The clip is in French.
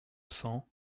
cents